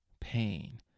pain